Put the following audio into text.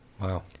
wow